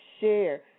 share